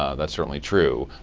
ah that's certainly true.